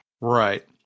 Right